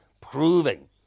proving